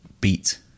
Beat